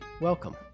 Welcome